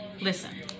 Listen